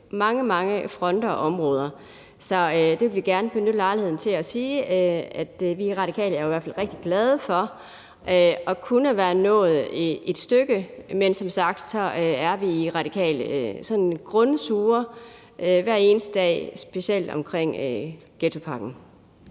på mange fronter og områder. Så jeg vil gerne benytte lejligheden til at sige, at vi i Radikale i hvert fald rigtig glade for at være nået et stykke. Men som sagt er vi i Radikale sådan grundigt sure hver eneste dag specielt på grund af ghettopakken.